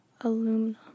aluminum